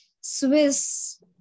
swiss